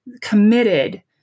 committed